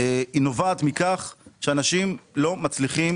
היא נובעת מכך שאנשים לא מצליחים